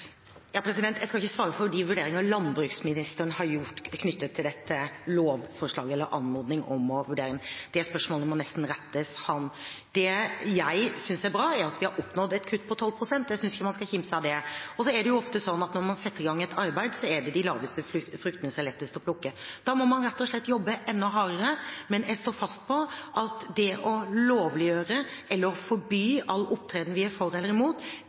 Jeg skal ikke svare for de vurderingene landbruksministeren har gjort knyttet til dette lovforslaget – eller anmodningen om å vurdere. Det spørsmålet må nesten rettes til ham. Det jeg synes er bra, er at vi har oppnådd et kutt på 12 pst. Jeg synes ikke man skal kimse av det. Det er ofte sånn når man setter i gang et arbeid, at det er de lavesthengende fruktene som er lettest å plukke. Da må man rett og slett jobbe enda hardere, men jeg står fast på at det å lovliggjøre eller forby all opptreden vi er for eller imot,